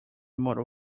motor